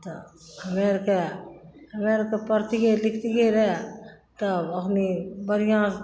तऽ हमे आरके पढ़ितियै लिखितियै रऽ तऽ एखनि बढ़िआँसँ